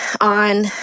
on